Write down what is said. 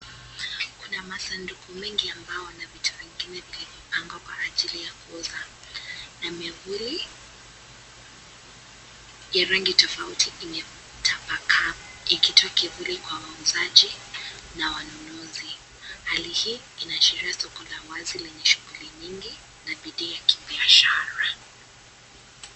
Kuna masanduku mengi ambao ina vitu vingine vimepangwa vya ajili ya kuuza na miafuli ya rangi tofauti imetabakaa ikitoa kivuli kwa wauzaji na wanunuzi. Hali hii inaashiria soko la wazi lenye shughuli nyingi na bidii ya kibiashara.